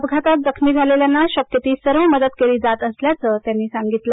अपघातात जखमी झालेल्यांना शक्य ती सर्व मदत केली जात असल्याचं त्यांनी सांगितलं